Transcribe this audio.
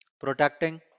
protecting